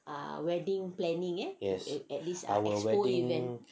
yes our wedding